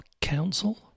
Council